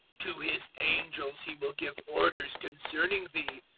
to his angels he will give orders concerning thee,